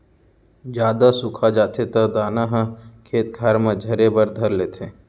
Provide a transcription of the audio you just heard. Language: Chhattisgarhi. जादा सुखा जाथे त दाना ह खेत खार म झरे बर धर लेथे